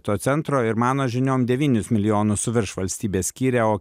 to centro ir mano žiniom devynis milijonus su virš valstybė skyrė o